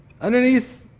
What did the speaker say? underneath